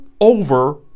over